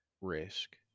risk